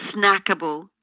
snackable